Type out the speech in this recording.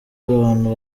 abantu